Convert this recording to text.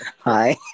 Hi